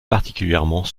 particulièrement